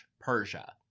Persia